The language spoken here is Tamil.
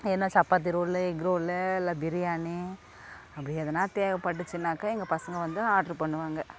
என்ன சப்பாத்தி ரோல் எக் ரோல் இல்லை பிரியாணி அப்படி எதுன்னா தேவைப்பட்டச்சுனாக்க எங்கள் பசங்கள் வந்து ஆர்டரு பண்ணுவாங்க